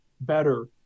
better